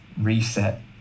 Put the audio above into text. reset